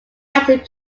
tried